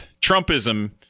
Trumpism